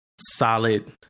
solid